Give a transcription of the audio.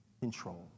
control